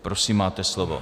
Prosím máte slovo.